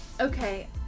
Okay